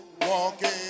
walking